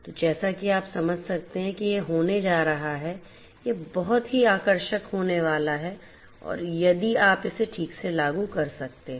तो जैसा कि आप समझ सकते हैं कि यह होने जा रहा है यह बहुत ही आकर्षक होने वाला है यदि आप इसे ठीक से लागू कर सकते हैं